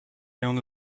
only